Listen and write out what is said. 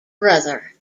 brother